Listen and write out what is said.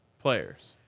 players